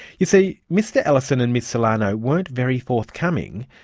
you see, mr ellison and ms solano weren't very forthcoming,